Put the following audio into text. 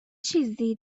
چیزی